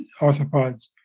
arthropods